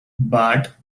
but